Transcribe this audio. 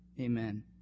Amen